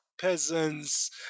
peasants